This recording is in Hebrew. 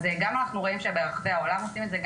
אז גם אנחנו רואים שברחבי העולם עושים את זה,